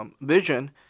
vision